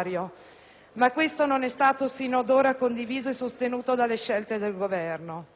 però, non è stata sino ad ora condivisa e sostenuta dalle scelte del Governo.